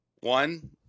one